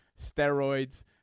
steroids